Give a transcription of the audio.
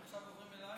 עכשיו עוברים אליי?